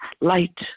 light